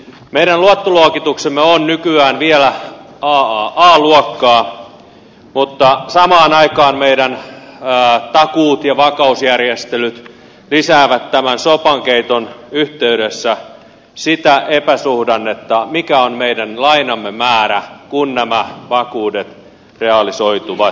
meidän luottoluokituksemme on nykyään vielä aaa luokkaa mutta samaan aikaan meidän takuut ja vakausjärjestelyt lisäävät tämän sopankeiton yhteydessä sitä epäsuhdannetta mikä on meidän lainamme määrä kun nämä vakuudet realisoituvat